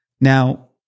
Now